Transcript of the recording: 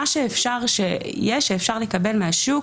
מה שאפשר לקבל מהשוק